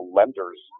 lenders